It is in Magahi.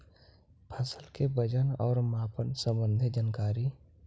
फसल के वजन और मापन संबंधी जनकारी?